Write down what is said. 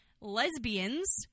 lesbians